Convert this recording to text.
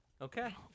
okay